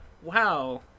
wow